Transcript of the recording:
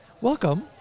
Welcome